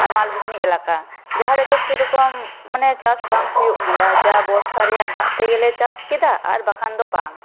ᱢᱟᱞᱵᱷᱩᱢᱤ ᱮᱞᱟᱠᱟ ᱡᱟᱦᱟᱸ ᱨᱮᱫᱚ ᱥᱮᱨᱚᱠᱚᱢ ᱢᱟᱱᱮ ᱪᱟᱥ ᱵᱟᱝ ᱦᱩᱭᱩᱜ ᱜᱮᱭᱟ ᱡᱟ ᱵᱚᱨᱥᱟ ᱨᱮᱭᱟᱜ ᱫᱟᱜ ᱛᱮᱜᱮᱞᱮ ᱪᱟᱥ ᱠᱮᱫᱟ ᱟᱨ ᱵᱟᱠᱷᱟᱱ ᱫᱚ ᱵᱟᱝ